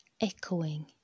echoing